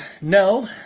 No